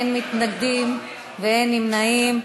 אין מתנגדים ואין נמנעים.